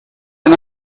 ein